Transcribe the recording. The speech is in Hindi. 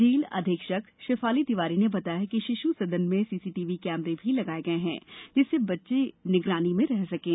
जेल अधीक्षक शैफाली तिवारी ने बताया कि शिशु सदन में सीसीटीवी कैमरे भी लगाए गए हैं जिससे बच्चे निगरानी में रह सकें